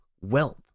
wealth